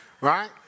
Right